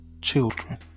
children